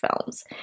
films